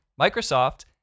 Microsoft